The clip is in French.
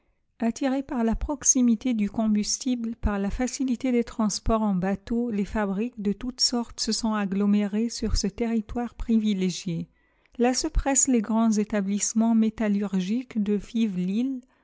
attirées par la proximité du combustible par la facilité des transports en bateau les fabriques de toute sorte se sont agglomérées sur ce territoire privilégié là se pressent les grands établissements métallurgiques de